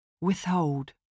Withhold